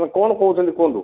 କଣ କହୁଛନ୍ତି କୁହନ୍ତୁ